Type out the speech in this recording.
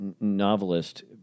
novelist